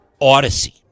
Odyssey